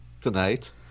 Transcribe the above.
tonight